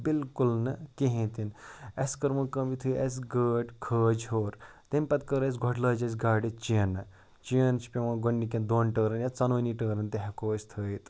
بِلکُل نہٕ کِہیٖنۍ تہِ نہٕ اَسہِ کٔر وۄںۍ کٲم یُتھُے اَسہِ گٲڑۍ کھٲج ہیوٚر تَمہِ پَتہٕ کٔر اَسہِ گۄڈٕ لٲج اَسہِ گاڑِ چینہٕ چین چھِ پٮ۪وان گۄڈٕنِکٮ۪ن دۄن ٹٲرَن یا ژۄنہٕ ؤنی ٹٲرَن تہِ ہٮ۪کو أسۍ تھٲیِتھ